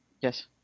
Yes